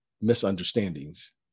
misunderstandings